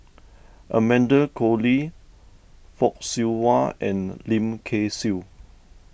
Amanda Koe Lee Fock Siew Wah and Lim Kay Siu